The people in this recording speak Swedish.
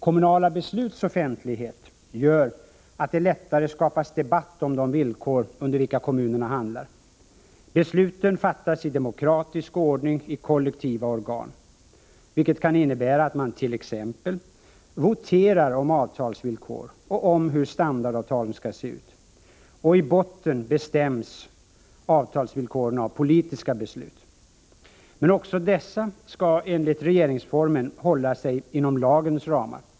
Kommunala besluts offentlighet gör att det lättare skapas debatt om de villkor under vilka kommunerna handlar. Besluten fattas i demokratisk ordning i kollektiva organ, vilket kan innebära t.ex. att man voterar om avtalsvillkor och om hur standardavtalen skall se ut. I botten bestäms avtalsvillkoren av politiska beslut. Men också dessa skall enligt regeringsformen hålla sig inom lagens ramar.